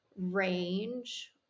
range